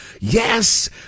yes